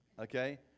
okay